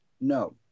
No